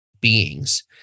beings